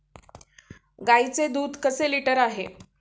गाईचे दूध कसे लिटर आहे?